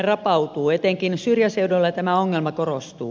etenkin syrjäseuduilla tämä ongelma korostuu